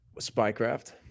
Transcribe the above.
Spycraft